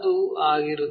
ಅದು ಆಗಿರುತ್ತದೆ